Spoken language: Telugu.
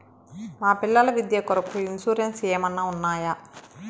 మా పిల్లల విద్య కొరకు ఇన్సూరెన్సు ఏమన్నా ఉన్నాయా?